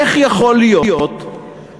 איך יכול להיות שאנחנו,